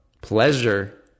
pleasure